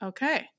Okay